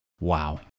Wow